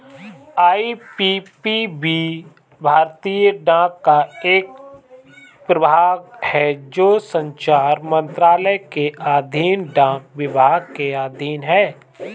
IPPB भारतीय डाक का एक प्रभाग है जो संचार मंत्रालय के अधीन डाक विभाग के अधीन है